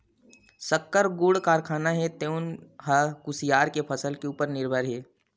सक्कर, गुड़ कारखाना हे तउन ह कुसियार के फसल के उपर निरभर हे